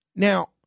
Now